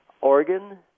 organ